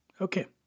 Okay